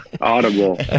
Audible